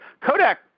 Kodak